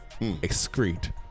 Excrete